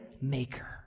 maker